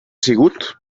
sigut